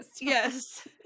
Yes